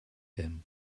him